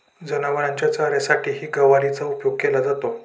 जनावरांच्या चाऱ्यासाठीही गवारीचा उपयोग केला जातो